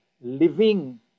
living